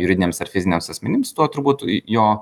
juridiniams ar fiziniams asmenims tuo turbūt jo